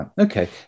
Okay